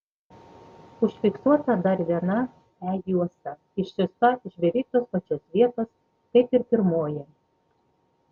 užfiksuota dar viena e juosta išsiųsta iš beveik tos pačios vietos kaip ir pirmoji